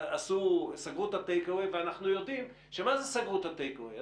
יופנה לעזור להם להתניע מחדש את העסק שלהם בגלל האופי של